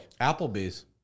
applebee's